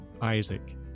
Isaac